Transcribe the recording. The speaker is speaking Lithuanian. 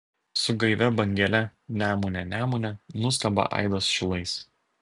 su gaivia bangele nemune nemune nuskamba aidas šilais